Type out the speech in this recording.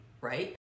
right